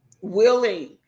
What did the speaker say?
willing